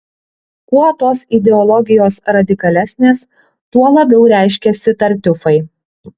kuo tos ideologijos radikalesnės tuo labiau reiškiasi tartiufai